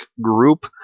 group